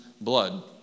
blood